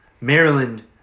Maryland